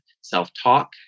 self-talk